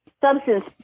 substance